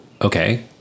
okay